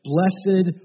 Blessed